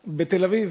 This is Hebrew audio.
בתל-אביב.